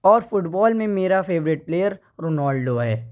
اور فٹبال میں میرا فیوریٹ پلیئر رونالڈو ہے